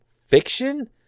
fiction